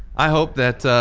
i hope that,